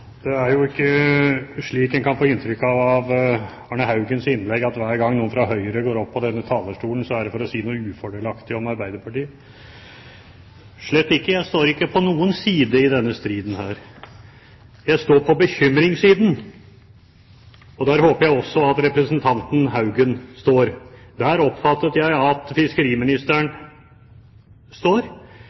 Det er jo ikke slik, som en kan få inntrykk av av Arne Haugens innlegg, at hver gang noen fra Høyre går opp på denne talerstolen, så er det for å si noe ufordelaktig om Arbeiderpartiet. Slett ikke, jeg står ikke på noen side i denne striden – jeg står på bekymringssiden. Der håper jeg også at representanten Haugen står. Der oppfattet jeg at fiskeriministeren står.